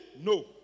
no